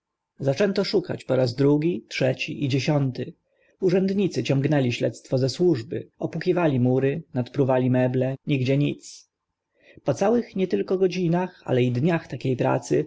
zwierciadlana zagadka po raz drugi trzeci i dziesiąty urzędnicy ciągnęli śledztwo ze służby opukiwali mury nadpruwali meble nigdzie nic po całych nie tylko godzinach ale i dniach takie pracy